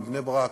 מבני-ברק,